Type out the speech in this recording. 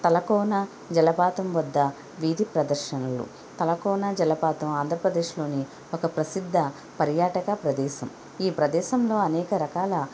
తలకోన జలపాతం వద్ద వీధి ప్రదర్శనలు తలకోన జలపాతం ఆంధ్రప్రదేశ్లోని ఒక ప్రసిద్ధ పర్యాటక ప్రదేశం ఈ ప్రదేశంలో అనేక రకాల